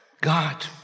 God